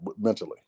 mentally